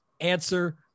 answer